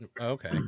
Okay